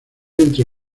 entre